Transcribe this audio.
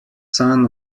son